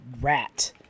Rat